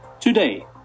Today